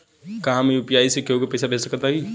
का हम यू.पी.आई से केहू के पैसा भेज सकत हई?